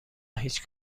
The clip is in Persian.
هیچ